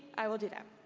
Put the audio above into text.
i will do that.